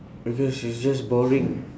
because it's just boring